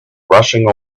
rushing